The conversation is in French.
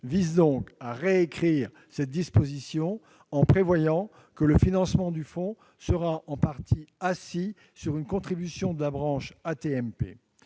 vise à récrire cette disposition en prévoyant que le financement du fonds sera en partie assis sur une contribution de la branche AT-MP.